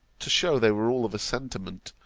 to shew they were all of a sentiment,